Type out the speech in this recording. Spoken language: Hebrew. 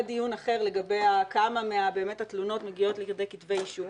דיון אחר לגבי כמה מהתלונות באמת מגיעות לכדי כתבי אישום